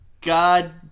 god